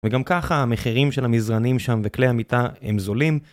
וגם ככה המחירים של המזרנים שם וכלי המיטה הם זולים.